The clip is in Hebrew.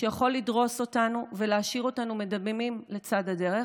שיכול לדרוס אותנו ולהשאיר אותנו מדממים לצד הדרך,